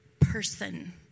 person